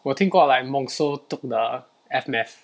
我听过 like mongso took the F math